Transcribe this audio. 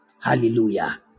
Hallelujah